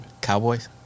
Cowboys